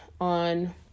on